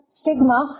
stigma